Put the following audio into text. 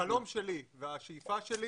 החלום שלי והשאיפה שלי